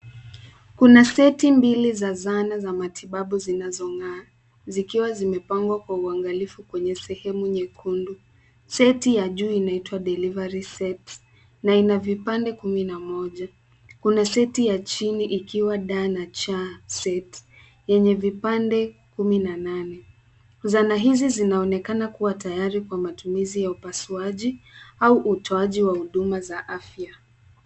Kuna seti mbili za zana za matibabu zinazong'aa zikiwa zimepangwa kwa uangalifu kwenye sehemu nyekundu. Seti ya juu inaitwa delivery set na ina vipande kumi na moja. Kuna seti ya chini ikiwa D na C set yenye vipande kumi na nane. Zana hizi zinaonekana kuwa tayari kwa matumizi ya upasuaji au utoaji wa huduma za afya.